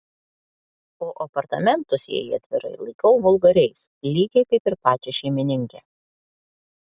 o apartamentus jei atvirai laikau vulgariais lygiai kaip ir pačią šeimininkę